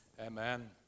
Amen